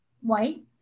white